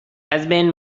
husband